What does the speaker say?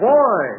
Boy